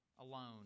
alone